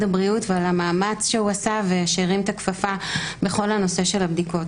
הבריאות ועל המאמץ שהוא עשה ושהרים את הכפפה בכל הנושא של הבדיקות.